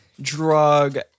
drug